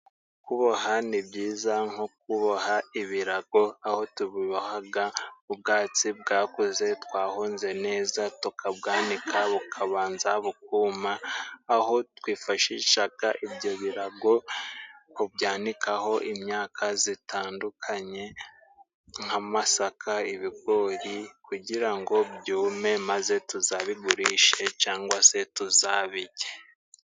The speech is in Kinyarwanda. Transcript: Kuboha ni byiza nko kuboha ibirago, aho tubibohaga ubwatsi bwakuze twahonze neza tukabwanika bukabanza bukuma, aho twifashishaga ibyo birago kubyanikaho imyaka zitandukanye nk'amasaka ibigori, kugira ngo byume maze tuzabigurishe cangwa se tuzabijye.